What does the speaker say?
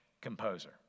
composer